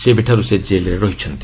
ସେବେଠାରୁ ସେ ଜେଲ୍ରେ ରହିଛନ୍ତି